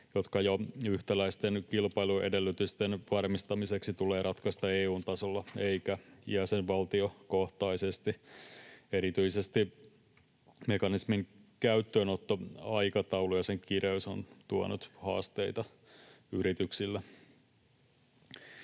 jotka jo yhtäläisten kilpailuedellytysten varmistamiseksi tulee ratkaista EU:n tasolla eikä jäsenvaltiokohtaisesti. Erityisesti mekanismin käyttöönottoaikataulu ja sen kireys on tuonut haasteita yrityksille.